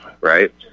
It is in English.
right